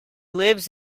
lives